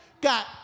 got